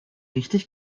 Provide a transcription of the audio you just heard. richtig